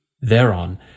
Thereon